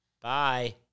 Bye